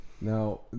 Now